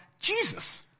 Jesus